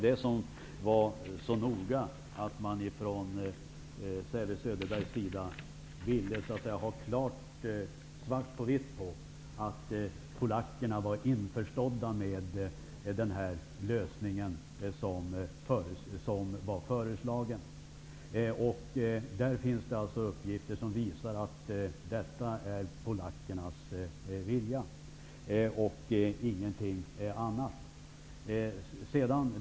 Bengt Säve Söderbergh var noga med att man skulle ha svart på vitt på att polackerna var införstådda med den lösning som var föreslagen. Det finns uppgifter som visar att detta är polackernas vilja, och ingenting annat.